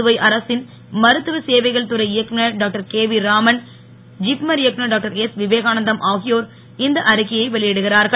புதுவை அரசின் மருத்துவ சேவைகள் துறை இயக்குனர் டாக்டர் கேவி ராமன் ஜிப்மர் இயக்குனர் டாக்டர் எஸ் விவேகானந்தம் ஆகியோர் இந்த அறிக்கையை வெளியிடுகிறார்கள்